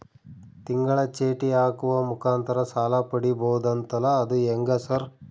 ತಿಂಗಳ ಚೇಟಿ ಹಾಕುವ ಮುಖಾಂತರ ಸಾಲ ಪಡಿಬಹುದಂತಲ ಅದು ಹೆಂಗ ಸರ್?